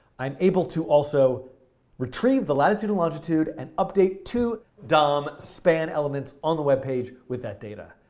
i'm able to also retrieve the latitude and longitude and update to dom span elements on the web page with that data.